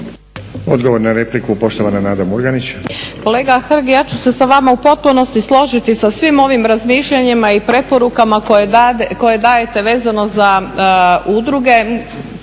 Odgovor na repliku, poštovana Nada Murganić.